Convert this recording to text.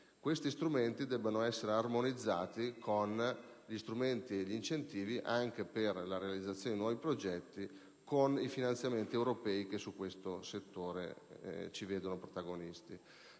questi strumenti debbano essere armonizzati con gli strumenti e gli incentivi anche per la realizzazione di nuovi progetti e con i finanziamenti europei, che in questo settore ci vedono protagonisti.